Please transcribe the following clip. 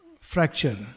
fracture